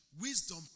Wisdom